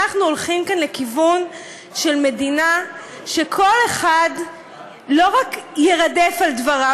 אנחנו הולכים כאן לכיוון של מדינה שבה כל אחד לא רק יירדף על דבריו,